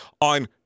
on